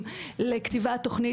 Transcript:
בגלל תעריפים שנקבעים מלמעלה.